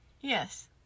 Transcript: Yes